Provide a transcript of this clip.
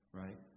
right